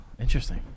interesting